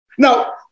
Now